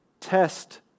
test